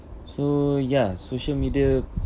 so ya social media